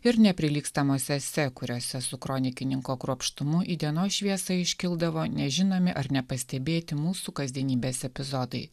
ir neprilygstamos esė kuriose su kronikininko kruopštumu į dienos šviesą iškildavo nežinomi ar nepastebėti mūsų kasdienybės epizodai